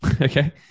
Okay